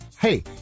Hey